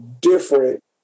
different